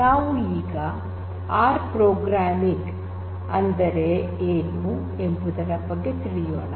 ನಾವು ಈಗ R programming ಅಂದರೆ ಏನು ಎಂಬುದರ ಬಗ್ಗೆ ತಿಳಿಯೋಣ